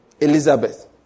Elizabeth